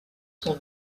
son